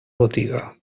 botiga